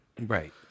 Right